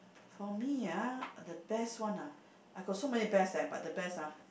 for me ah the best one ah I got so many best eh but the best ah